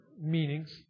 meanings